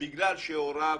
בגלל שהוריו,